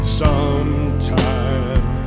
sometime